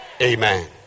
amen